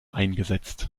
eingesetzt